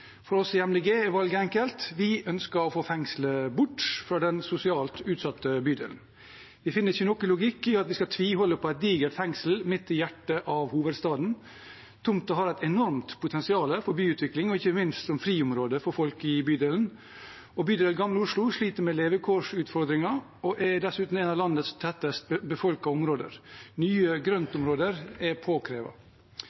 For oss i MDG er valget enkelt – vi ønsker å få fengslet bort fra den sosialt utsatte bydelen. Vi finner ingen logikk i at vi skal tviholde på et digert fengsel midt i hjertet av hovedstaden. Tomten har et enormt potensial for byutvikling, og ikke minst som friområde for folk i bydelen. Bydel Gamle Oslo sliter med levekårsutfordringer og er dessuten et av landets tettest befolkede områder. Nye